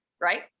right